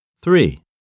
Three